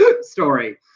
story